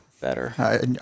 better